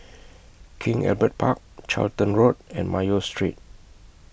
King Albert Park Charlton Road and Mayo Street